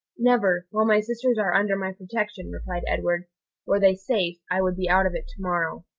never, while my sisters are under my protection, replied edward were they safe, i would be out of it to-morrow.